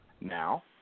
Now